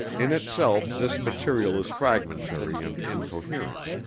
in itself this material is fragmentary and incoherent.